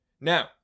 Now